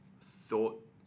thought